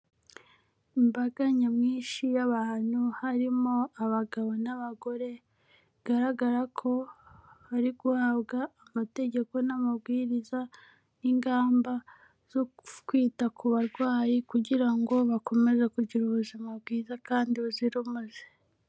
Imbaga nyamwinshi y'abantu, harimo abagabo n'abagore, bigaragara ko bari guhabwa amategeko n'amabwiriza n'ingamba zo kwita ku barwayi kugira ngo bakomeze kugira ubuzima bwiza kandi buzira umuze.